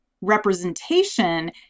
representation